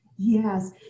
yes